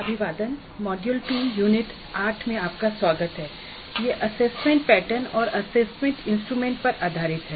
अभिवादन module 2 unit 8 में आपका स्वागत है यह असेसमेंट पैटर्न और असेसमेंट इंस्ट्रूमेंट्स पर आधारित है